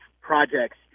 projects